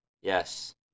Yes